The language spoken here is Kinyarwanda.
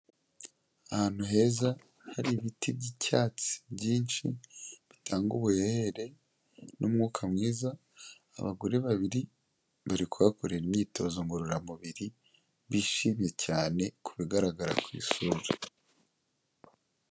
Ahantu heza hari ibiti by'icyatsi byinshi bitanga ubuhehere n'umwuka mwiza, abagore babiri bari kuhakorera imyitozo ngororamubiri, bishimye cyane ku bigaragara ku isura.